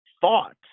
thought